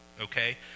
Okay